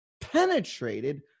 penetrated